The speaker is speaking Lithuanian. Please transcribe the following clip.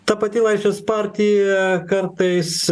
ta pati laisvės partija kartais